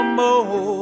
more